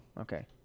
okay